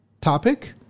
topic